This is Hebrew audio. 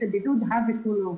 ותו לא.